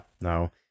no